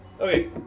Okay